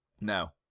No